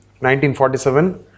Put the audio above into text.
1947